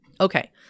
Okay